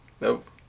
Nope